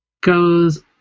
goes